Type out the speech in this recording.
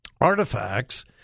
artifacts